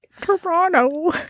Toronto